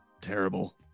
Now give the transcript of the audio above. Terrible